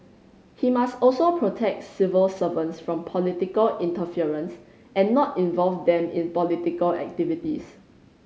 he must also protect civil servants from political interference and not involve them in political activities